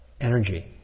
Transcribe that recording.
energy